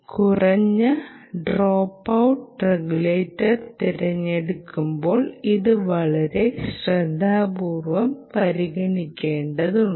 കുറഞ്ഞ dropout regulator തിരഞ്ഞെടുക്കുമ്പോൾ ഇത് വളരെ ശ്രദ്ധാപൂർവ്വം പരിഗണിക്കേണ്ടതുണ്ട്